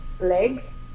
legs